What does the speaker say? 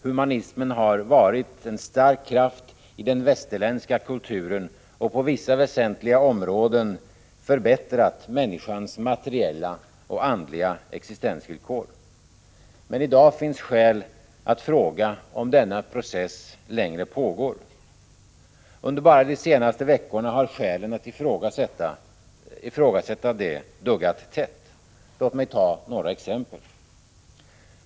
Humanismen har varit en stark kraft i den västerländska kulturen och på vissa väsentliga områden förbättrat människans materiella och andliga existensvillkor. I dag finns det skäl att fråga om denna process längre pågår. Enbart under de senaste veckorna har skälen att ifrågasätta detta duggat tätt. Låt mig ta några exempel.